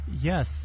Yes